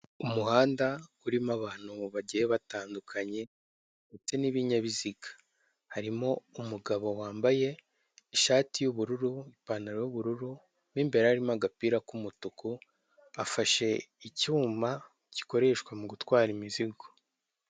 Umuhanda urimo abantu bagiye batandukanye ndetse n'ibinyabiziga, harimo umugabo wambaye ishati y'ubururu, ipantaro y'ubururu mo imbere harimo agapira k'umutuku, afashe icyuma gikoreshwa mu gutwara imizigo.